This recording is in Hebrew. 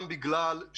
בנוסף,